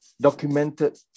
documented